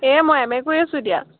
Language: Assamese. এই মই এম এ কৰি আছোঁ এতিয়া